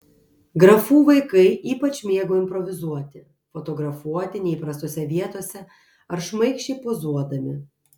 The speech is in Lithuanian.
grafų vaikai ypač mėgo improvizuoti fotografuoti neįprastose vietose ar šmaikščiai pozuodami